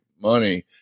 money